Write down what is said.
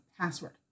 password